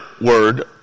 word